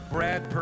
Brad